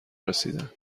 رسیدند